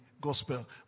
gospel